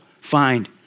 find